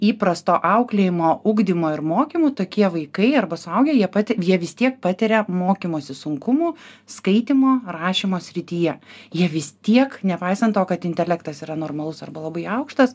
įprasto auklėjimo ugdymo ir mokymų tokie vaikai arba suaugę jie pati jie vis tiek patiria mokymosi sunkumų skaitymo rašymo srityje jie vis tiek nepaisant to kad intelektas yra normalus arba labai aukštas